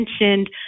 mentioned